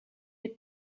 had